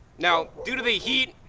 now, due to the heat,